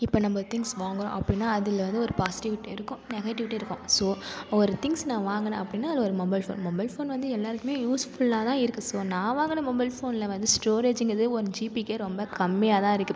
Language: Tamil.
இப்போ நம்ப திங்ஸ் வாங்குறோம் அப்படின்னா அதில் வந்து ஒரு பாசிட்டிவிட்டியும் இருக்கும் நெகட்டிவிட்டியும் இருக்கும் ஸோ ஒரு திங்ஸ் நான் வாங்கினேன் அப்படின்னா அதில் ஒரு மொபைல் ஃபோன் மொபைல் ஃபோன் வந்து எல்லாருக்குமே யூஸ்ஃபுல்லாக தான் இருக்கு ஸோ நான் வாங்கின மொபைல் ஃபோனில் வந்து ஸ்டோரேஜ்ஜுங்கிறது ஒன் ஜிபிக்கே ரொம்ப கம்மியாக தான் இருக்கு